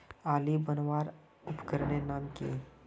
आली बनवार उपकरनेर नाम की?